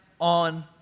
on